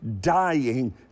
dying